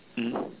mmhmm